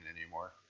anymore